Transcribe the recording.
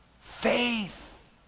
faith